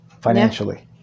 Financially